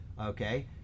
okay